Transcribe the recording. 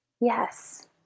Yes